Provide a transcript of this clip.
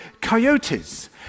coyotes